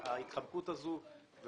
ההתחמקות הזו.